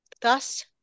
Thus